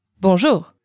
Bonjour